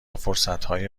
فرصتهای